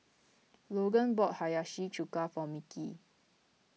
Logan bought Hiyashi Chuka for Mickie